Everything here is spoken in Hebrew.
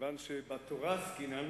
כיוון שבתורה עסקינן